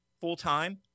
full-time